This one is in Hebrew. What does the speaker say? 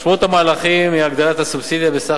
משמעות המהלכים היא הגדלת הסובסידיה בסך